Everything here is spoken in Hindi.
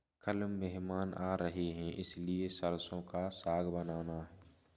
कल मेहमान आ रहे हैं इसलिए सरसों का साग बनाना